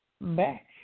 back